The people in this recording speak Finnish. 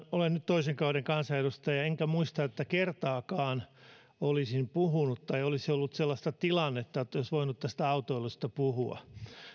olen nyt toisen kauden kansanedustaja enkä muista että kertaakaan olisin puhunut tai olisi ollut sellaista tilannetta että olisi voinut tästä autoilusta puhua